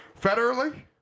federally